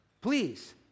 please